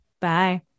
Bye